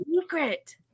secret